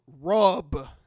rub